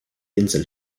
insel